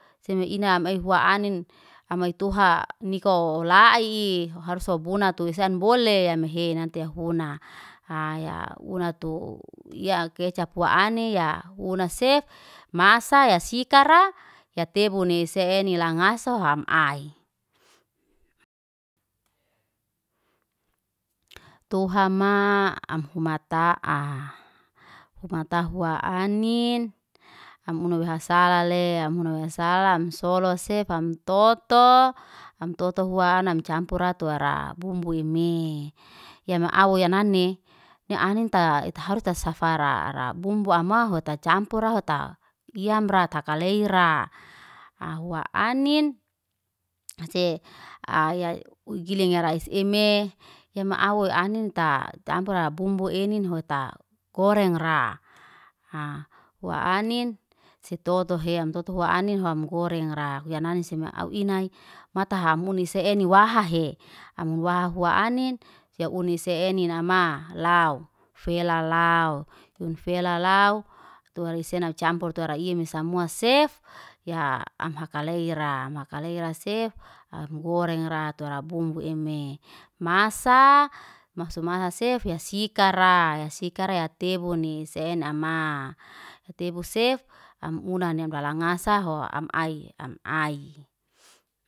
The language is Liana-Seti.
Seme ina amai hua anin, amai tuha niko laii. Harso buna tu isan bole, amhe nante huna. Ya una tu ya kecap wanin ya una sef. Masa ya sikara ya tebunese eni langaso ham ai. Tuha maa am humata, humata hua anin ham unawehasala le. Amhuna unawihasalale am huan wehasalam solo sef ham toto, ham toto hua ana ham campura tuwa ra bumbui mi. Ya maa au ya nani nia aninta ita harusta safara ra bumbu ama ho ta campura hoita, yamra ta kalei ra. Ha hua anin hase aya ujilinga ra iseme, ya ma au anini ta campura ra bumbu enin hoita gorengra, hua anini se toto hea ham toto hua anini hoam ngoreng ra, kuyanani sema au inai mata hamunise eni waha hea. Ham unwaha hua anin, ya uni se eni nama lao fela leo. Tunfela leo, tuwa risena wacampura tuwa raimi samuwa sef, ya maa kalei ra maa kaleira sef. Mgoreng ra tuwe ra bumbuimi. Masa masumasa sef, ya sikara ya sikara ya tebu ni. Sena amaa, ya tebu sef ham unai mdala ngasa hoa ham ai ham ai